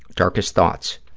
darkest thoughts.